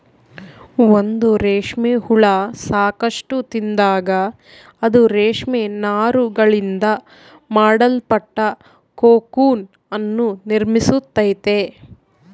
ಒಂದು ರೇಷ್ಮೆ ಹುಳ ಸಾಕಷ್ಟು ತಿಂದಾಗ, ಅದು ರೇಷ್ಮೆ ನಾರುಗಳಿಂದ ಮಾಡಲ್ಪಟ್ಟ ಕೋಕೂನ್ ಅನ್ನು ನಿರ್ಮಿಸ್ತೈತೆ